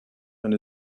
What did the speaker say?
and